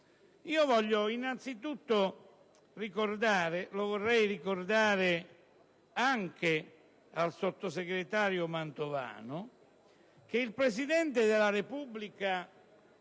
ricordare anche al sottosegretario Mantovani che il Presidente della Repubblica,